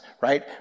right